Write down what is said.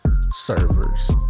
servers